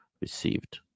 received